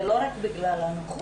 זה לא רק בגלל הנוחות,